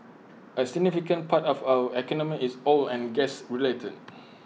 A significant part of our economy is oil and gas related